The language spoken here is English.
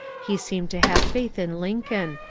he seemed to have faith in lincoln,